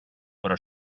però